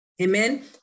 Amen